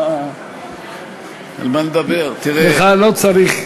אני רוצה